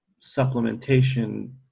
supplementation